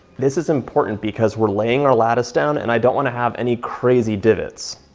this is important because we're laying our lattice down and i don't wanna have any crazy divots.